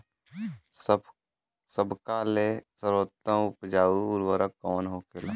सबका ले सर्वोत्तम उपजाऊ उर्वरक कवन होखेला?